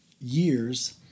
years